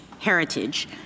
heritage